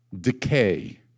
decay